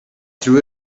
threw